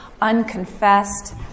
unconfessed